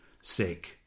sick